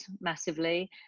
massively